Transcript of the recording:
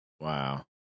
Wow